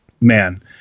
man